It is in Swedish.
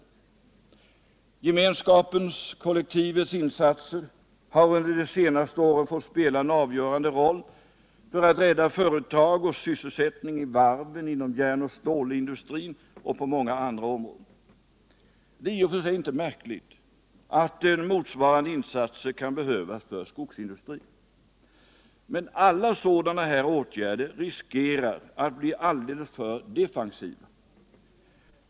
Gemenskapens och kollektivets insatser har under de senaste åren fått spela en avgörande roll för att rädda företag och sysselsättning i varven, inom järnoch stålindustrin och på många andra områden. Det är i och för sig inte märkligt att motsvarande insatser kan behövas för skogsindustrin. Men alla sådana här åtgärder riskerar att bli alldeles för defensiva.